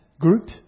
group